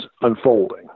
unfolding